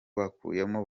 bakuyemo